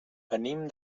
venim